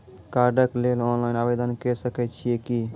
कार्डक लेल ऑनलाइन आवेदन के सकै छियै की?